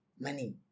Money